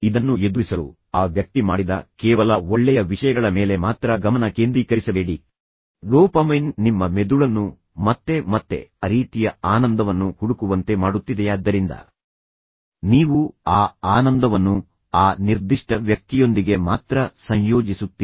ಇದನ್ನು ಎದುರಿಸಲು ಆ ವ್ಯಕ್ತಿ ಮಾಡಿದ ಕೇವಲ ಒಳ್ಳೆಯ ವಿಷಯಗಳ ಮೇಲೆ ಮಾತ್ರ ಗಮನ ಕೇಂದ್ರೀಕರಿಸಬೇಡಿ ಡೋಪಮೈನ್ ನಿಮ್ಮ ಮೆದುಳನ್ನು ಮತ್ತೆ ಮತ್ತೆ ಆ ರೀತಿಯ ಆನಂದವನ್ನು ಹುಡುಕುವಂತೆ ಮಾಡುತ್ತಿದೆಯಾದ್ದರಿಂದ ನೀವು ಆ ಆನಂದವನ್ನು ಆ ನಿರ್ದಿಷ್ಟ ವ್ಯಕ್ತಿಯೊಂದಿಗೆ ಮಾತ್ರ ಸಂಯೋಜಿಸುತ್ತೀರಿ